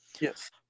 Yes